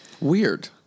Weird